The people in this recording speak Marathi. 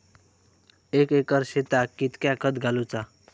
एक एकर शेताक कीतक्या खत घालूचा?